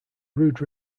rude